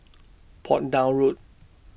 Portsdown Road